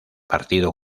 partido